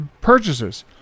purchases